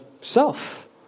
self